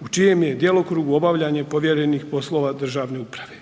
u čijem je djelokrugu obavljanje povjerenih poslova državne uprave.